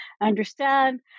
understand